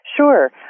Sure